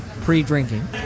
Pre-drinking